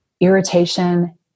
irritation